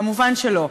מובן שלא.